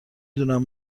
دونم